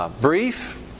brief